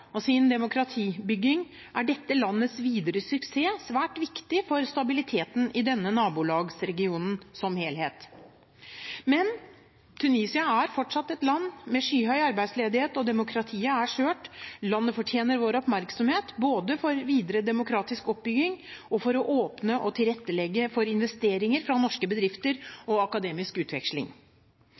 og sin demokratibygging er dette landets videre suksess svært viktig for stabiliteten i denne nabolagsregionen som helhet. Men Tunisia er fortsatt et land med skyhøy arbeidsledighet, og demokratiet er skjørt. Landet fortjener vår oppmerksomhet både for videre demokratisk oppbygning, for å åpne og tilrettelegge for investeringer fra norske bedrifter, og for akademisk utveksling.